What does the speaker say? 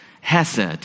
hesed